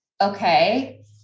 Okay